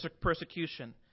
persecution